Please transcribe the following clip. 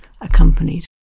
accompanied